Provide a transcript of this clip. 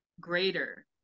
greater